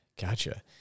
Gotcha